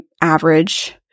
average